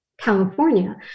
California